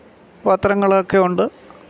പത്രങ്ങൾ ഒക്കെ ഉണ്ട്